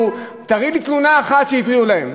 הן הלכו, תראי לי תלונה אחת שהפריעו להן.